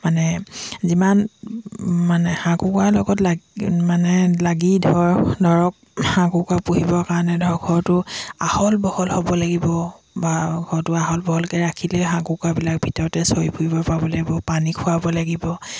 মানে যিমান মানে হাঁহ কুকুৰা লগত লাগি মানে লাগি ধৰ ধৰক হাঁহ কুকুৰা পুহিবৰ কাৰণে ধৰক ঘৰটো আহল বহল হ'ব লাগিব বা ঘৰটো আহল বহলকৈ ৰাখিলে হাঁহ কুকুকাবিলাক ভিতৰতে চৰি ফুৰিব পাব লাগিব পানী খুৱাব লাগিব